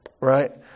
Right